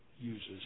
uses